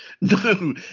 no